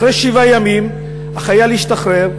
אחרי שבעה ימים החייל השתחרר,